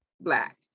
black